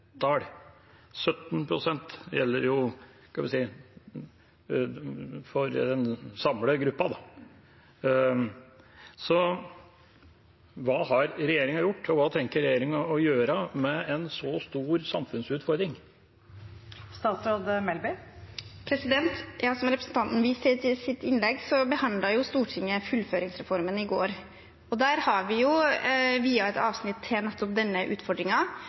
Hva har regjeringa gjort, og hva tenker regjeringa å gjøre med en så stor samfunnsutfordring? Som representanten viste til i sitt innlegg, behandlet Stortinget fullføringsreformen i går. Der har vi viet et avsnitt til nettopp denne